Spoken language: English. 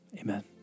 Amen